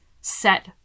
set